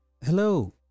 hello